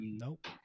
Nope